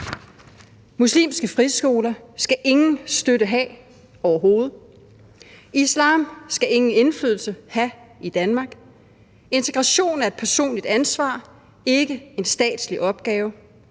Muslimske friskoler skal ingen støtte have overhovedet, islam skal ingen indflydelse have i Danmark, integration er et personligt ansvar, ikke en statslig opgave.